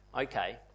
Okay